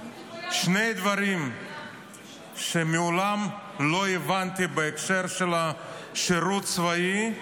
שני דברים שמעולם לא הבנתי בהקשר של שירות צבאי: